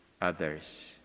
others